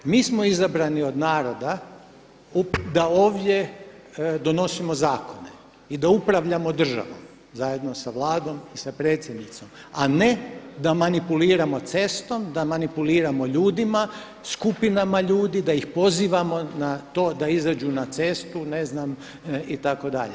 Mi smo izabrani od naravno da ovdje donosimo zakone i da upravljamo državom zajedno sa Vladom i sa predsjednicom a ne da manipuliramo cestom, da manipuliramo ljudima, skupinama ljudi, da ih pozivamo na to da izađu na cestu ne zna itd.